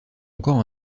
encore